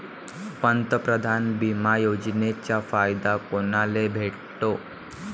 पंतप्रधान बिमा योजनेचा फायदा कुनाले भेटतो?